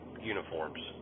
uniforms